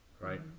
right